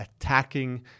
attacking